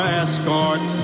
escort